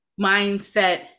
mindset